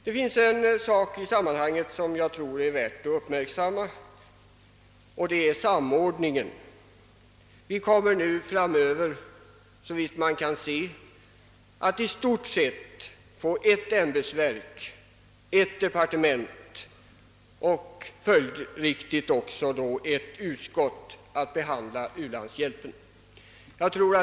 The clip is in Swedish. Det finns en detalj i sammanhanget som är värd att uppmärksamma, nämligen samordningen. Framöver kommer i stort sett ett ämbetsverk, ett departement och följdriktigt också ett utskott att handlägga u-landshjälpen.